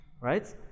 right